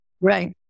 Right